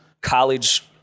college